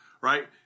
right